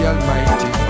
Almighty